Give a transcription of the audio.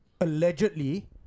allegedly